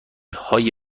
های